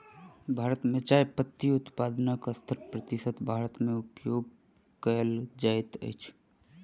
भारत मे चाय पत्ती उत्पादनक सत्तर प्रतिशत भारत मे उपयोग कयल जाइत अछि